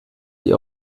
ihr